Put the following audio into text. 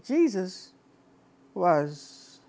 jesus was